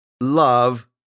love